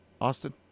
Austin